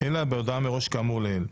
אלא בהודעה מראש כאמור לעיל.